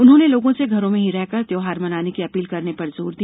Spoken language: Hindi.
उन्होंने लोगों से घरों में ही रहकर त्यौहार मनाने की अपील करने पर जोर दिया